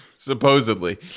supposedly